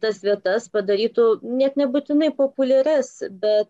tas vietas padarytų net nebūtinai populiarias bet